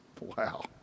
Wow